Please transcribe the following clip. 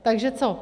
Takže co?